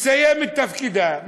תסיים את תפקידה,